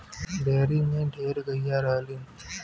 dairy में ढेर गइया रहलीन